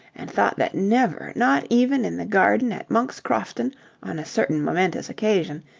and thought that never, not even in the garden at monk's crofton on a certain momentous occasion,